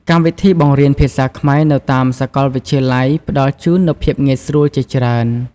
កម្មវិធីបង្រៀនភាសាខ្មែរនៅតាមសាកលវិទ្យាល័យផ្តល់ជូននូវភាពងាយស្រួលជាច្រើន។